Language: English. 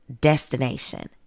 destination